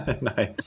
Nice